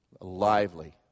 lively